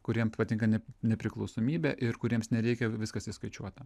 kuriem patinka ne nepriklausomybė ir kuriems nereikia viskas įskaičiuota